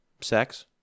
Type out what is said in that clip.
Sex